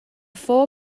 four